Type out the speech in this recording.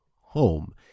home